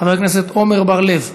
חבר הכנסת עמר בר-לב,